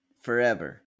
forever